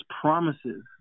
promises